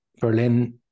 berlin